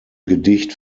gedicht